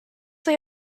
they